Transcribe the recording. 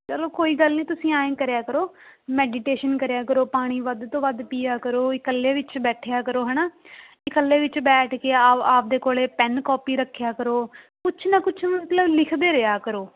ਚਲੋ ਕੋਈ ਗੱਲ ਨਹੀਂ ਤੁਸੀਂ ਐਂ ਕਰਿਆ ਕਰੋ ਮੈਡੀਟੇਸ਼ਨ ਕਰਿਆ ਕਰੋ ਪਾਣੀ ਵੱਧ ਤੋਂ ਵੱਧ ਪੀਆ ਕਰੋ ਇਕੱਲੇ ਵਿੱਚ ਬੈਠਿਆ ਕਰੋ ਹੈ ਨਾ ਇਕੱਲੇ ਵਿੱਚ ਬੈਠ ਕੇ ਆ ਆਪਣੇ ਕੋਲ ਪੈਨ ਕਾਪੀ ਰੱਖਿਆ ਕਰੋ ਕੁਛ ਨਾ ਕੁਛ ਮਤਲਬ ਲਿਖਦੇ ਰਿਹਾ ਕਰੋ